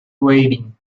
weighting